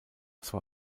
zwar